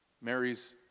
Mary's